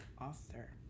author